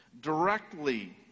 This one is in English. Directly